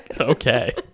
okay